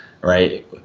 right